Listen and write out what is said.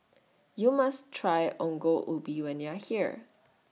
YOU must Try Ongol Ubi when YOU Are here